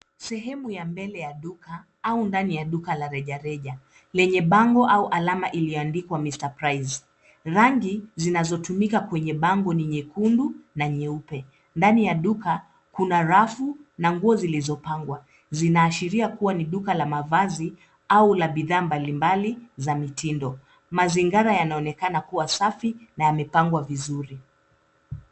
Sehemu ya mbele ya duka au ndani ya duka la rejareja lenye bango au alama iliandikwa mr price . Rangi zinazotumika kwenye bango ni nyekundu na nyeupe ndani ya duka kuna rafu na nguo zilizopangwa zinaashiria kuwa ni duka la mavazi au la bidhaa mbalimbali za mitindo. Mazingara yanaonekana kuwa safi na yamepangwa vizuri.